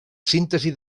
síntesi